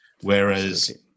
Whereas